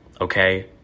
okay